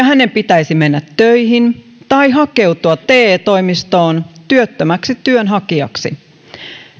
hänen pitäisi mennä töihin tai hakeutua te toimistoon työttömäksi työnhakijaksi